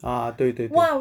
ah 对对对